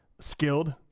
skilled